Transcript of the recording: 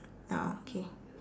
ah okay